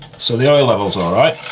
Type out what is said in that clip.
so the oil levels all right.